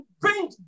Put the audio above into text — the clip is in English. bring